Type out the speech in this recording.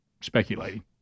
speculating